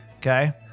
Okay